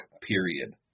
period